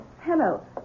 Hello